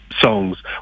songs